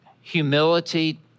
humility